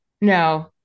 No